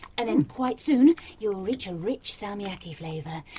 and then, quite soon, you'll reach a rich salmiakki flavour.